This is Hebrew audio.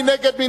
מי נגד?